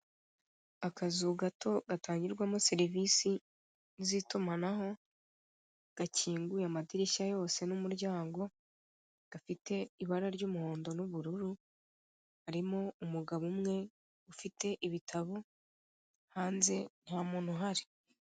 Akazu gato gatangirwamo serivise z'itumanaho gakinguye amadirishya yose n'umuryango gafite ibara ry'umuhondo n'ubururu harimo umugabo umwe ufite ibitabo hanze ntamuntu uhari.